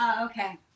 okay